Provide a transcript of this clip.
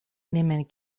nehmen